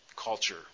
culture